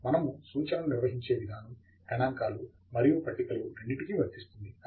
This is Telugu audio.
మనము సూచనలను నిర్వహించే విధానం గణాంకాలు మరియు పట్టికలు రెండింటికీ వర్తిస్తుంది